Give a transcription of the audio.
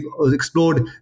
explored